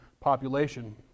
population